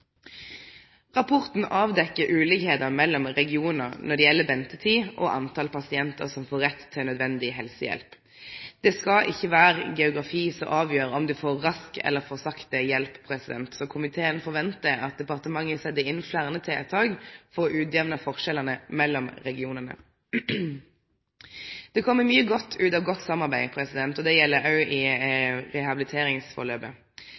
Rapporten avdekkjer ulikskap mellom regionar når det gjeld ventetid og talet på pasientar som får rett til nødvendig helsehjelp. Det skal ikkje vere geografi som avgjer om du får rask – eller for sakte – hjelp, så komiteen forventar at departementet set inn fleire tiltak for å utjamne forskjellane mellom regionane. Det kjem mykje godt ut av godt samarbeid – òg når det gjeld